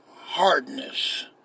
Hardness